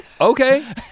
okay